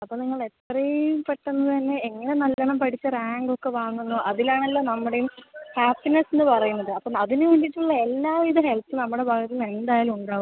അപ്പം നിങ്ങൾ എത്രയും പെട്ടന്ന് തന്നെ എങ്ങന നല്ലോണം പഠിച്ച് റാങ്ക് ഒക്ക വാങ്ങുന്നു അതിൽ ആണല്ലൊ നമ്മടെയും ഹാപ്പിനസിന്ന് പറയുന്നത് അപ്പം അതിന് വേണ്ടീട്ട് ഇള്ള എല്ലാ വിധ ഹെൽപ്പ് നമ്മട ഭാഗത്തിന്ന് എന്തായാലും ഉണ്ടാവും